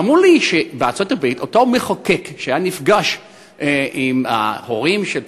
ואמרו לי שבארצות-הברית אותו מחוקק שהיה נפגש עם הורים של טרוריסט,